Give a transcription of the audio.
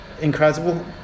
incredible